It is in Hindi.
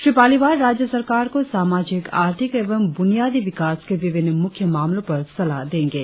श्री पालिवाल राज्य सरकार को सामाजिक आर्थिक एवं ब्रनियादी विकास के विभिन्न मुख्य मामलो पर सलाह देंगे